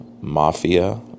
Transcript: mafia